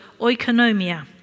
oikonomia